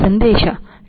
ಸಂದೇಶ W2Wo 0